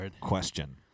question